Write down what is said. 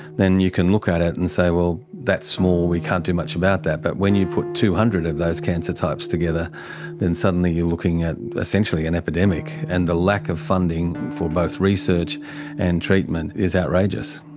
then you can look at it and say, well, that's small we can't do much about that, but when you put two hundred of those cancer types together then suddenly you're looking at essentially an epidemic, and the lack of funding for both research and treatment is outrageous.